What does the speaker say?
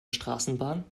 straßenbahn